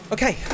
Okay